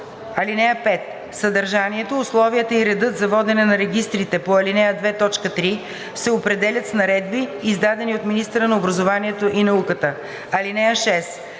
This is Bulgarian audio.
5 и 6: „(5) Съдържанието, условията и редът за водене на регистрите по ал. 2, т. 3 се определят с наредби, издадени от министъра на образованието и науката. (6)